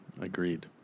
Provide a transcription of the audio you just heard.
Agreed